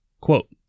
Quote